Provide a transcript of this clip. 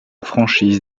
franchise